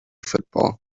football